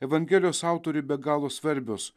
evangelijos autoriui be galo svarbios